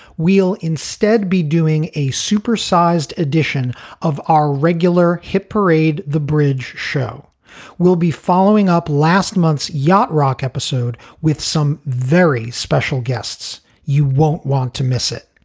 we'll instead be doing a supersized edition of our regular hit parade. the bridge show will be following up last month's yacht rock episode with some very special guests. you won't want to miss it.